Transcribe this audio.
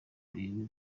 bintu